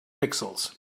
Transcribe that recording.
pixels